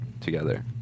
together